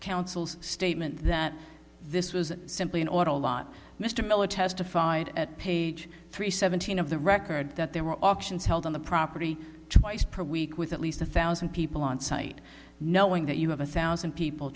counsel's statement that this was simply an awful lot mr miller testified at page three seventeen of the record that there were auctions held on the property twice per week with at least one thousand people onsite knowing that you have a thousand people